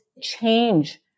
change